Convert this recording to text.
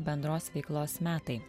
bendros veiklos metai